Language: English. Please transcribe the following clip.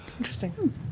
Interesting